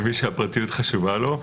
למי שהפרטיות חשובה לו.